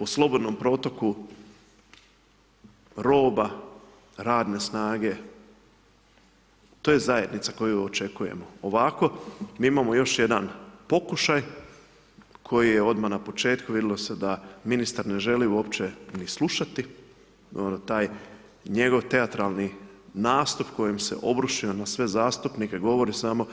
O slobodnom protoku roba, radne snage to je zajednica koju očekujemo, ovako mi imamo još jedan pokušaj koji je odmah na početku, vidilo se da ministar ne želi uopće ni slušati, onda taj njegov teatralni nastup kojim se obrušio na sve zastupnike govori samo